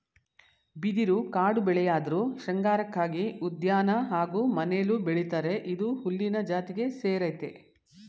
ಬಿದಿರು ಕಾಡುಬೆಳೆಯಾಧ್ರು ಶೃಂಗಾರಕ್ಕಾಗಿ ಉದ್ಯಾನ ಹಾಗೂ ಮನೆಲೂ ಬೆಳಿತರೆ ಇದು ಹುಲ್ಲಿನ ಜಾತಿಗೆ ಸೇರಯ್ತೆ